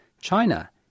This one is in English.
China